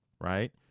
right